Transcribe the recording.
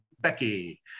Becky